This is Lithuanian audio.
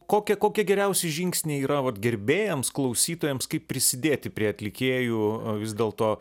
kokia kokie geriausi žingsniai yra vat gerbėjams klausytojams kaip prisidėti prie atlikėjų vis dėlto